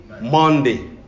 Monday